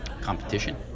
Competition